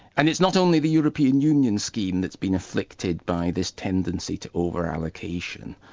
and it's not only the european union scheme that's been afflicted by this tendency to over-allocation,